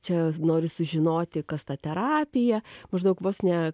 čia noriu sužinoti kas ta terapija maždaug vos ne